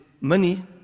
money